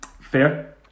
fair